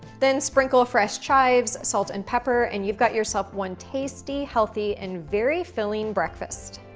then, sprinkle fresh chives, salt and pepper and you've got yourself one tasty, healthy and very filling breakfast.